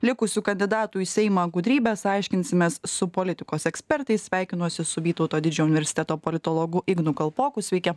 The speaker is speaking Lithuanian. likusių kandidatų į seimą gudrybes aiškinsimės su politikos ekspertais sveikinuosi su vytauto didžiojo universiteto politologu ignu kalpoku sveiki